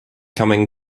coming